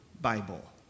Bible